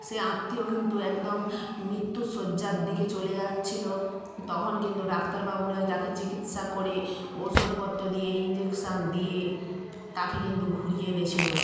সে আত্মীয় কিন্তু একদম মিত্যুশয্যার দিকে চলে যাচ্ছিলো তখন কিন্তু ডাক্তারবাবুরাই তাকে চিকিৎসা করে ঔষদপত্র দিয়ে ইঞ্জেকশন দিয়ে তাকে কিন্তু ঘুরিয়ে এনেছিলো